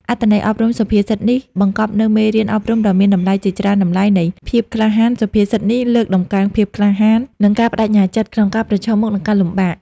អត្ថន័យអប់រំសុភាសិតនេះបង្កប់នូវមេរៀនអប់រំដ៏មានតម្លៃជាច្រើនតម្លៃនៃភាពក្លាហាន សុភាសិតនេះលើកតម្កើង ភាពក្លាហាន និង ការប្ដេជ្ញាចិត្ត ក្នុងការប្រឈមមុខនឹងការលំបាក។